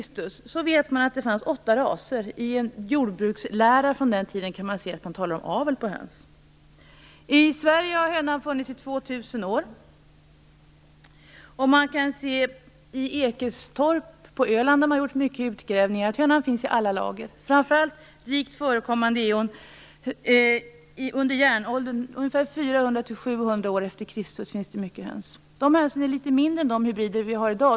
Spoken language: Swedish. fanns det, vet man, åtta raser. I en jordbrukslära från den tiden talas det om avel på höns. I Sverige har hönan funnits i 2 000 år. I Ekestorp på Öland, där man gjort mycket utgrävningar, finns hönan i alla lager. Framför allt är hon rikt förekommande under järnåldern. Ungefär 400-700 år e.Kr. finns det mycket höns. De hönsen är litet mindre än de hybrider vi har i dag.